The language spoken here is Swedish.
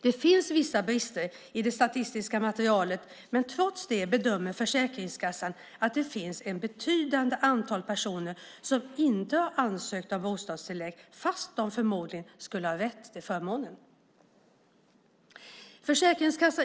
Det finns vissa brister i det statistiska materialet, men trots det bedömer Försäkringskassan att det finns ett betydande antal personer som inte har ansökt om bostadstillägg fast de förmodligen skulle ha rätt till förmånen.